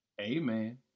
amen